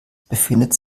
befindet